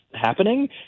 happening